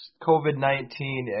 COVID-19